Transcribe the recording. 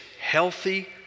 healthy